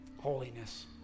holiness